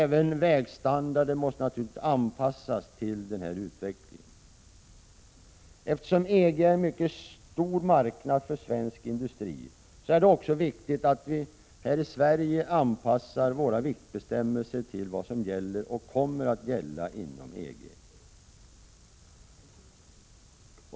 Även vägstandarden måste naturligvis anpassas till denna utveckling. Eftersom EG är en mycket stor marknad för svensk industri, är det också viktigt att vi här i Sverige anpassar våra viktbestämmelser till vad som gäller och kommer att gälla inom EG.